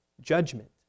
judgment